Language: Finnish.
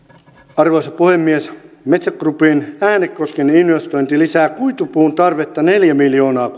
arvoisa puhemies metsä groupin äänekosken investointi lisää kuitupuun tarvetta neljä miljoonaa